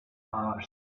mars